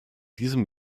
diesem